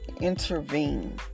intervene